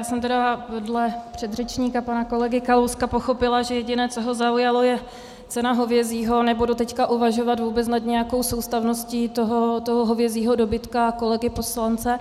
Já jsem podle předřečníka pana kolegy Kalouska pochopila, že jediné, co ho zaujalo, je cena hovězího, nebo doteď uvažovat vůbec nad nějakou soustavností toho hovězího dobytka a kolegy poslance,